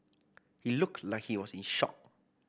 he looked like he was in shock